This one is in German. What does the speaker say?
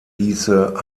hieße